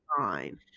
fine